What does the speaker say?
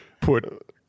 put